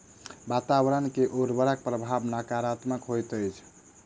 वातावरण पर उर्वरकक प्रभाव नाकारात्मक होइत अछि